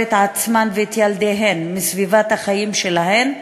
את עצמן ואת ילדיהן מסביבת החיים שלהן,